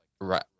right